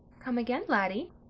come again, laddie,